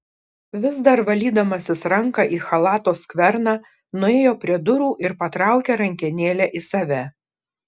vis dar valydamasis ranką į chalato skverną nuėjo prie durų ir patraukė rankenėlę į save